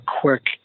quick